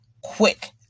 quick